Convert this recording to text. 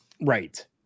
Right